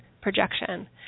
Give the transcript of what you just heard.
projection